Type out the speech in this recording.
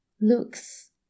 looks